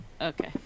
Okay